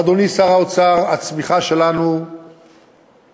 אדוני שר האוצר, הצמיחה שלנו מהגבוהות,